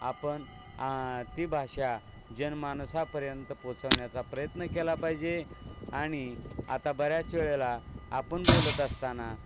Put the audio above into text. आपण ती भाषा जनमानसापर्यंत पोचवण्याचा प्रयत्न केला पाहिजे आणि आता बऱ्याच वेळेला आपण बोलत असताना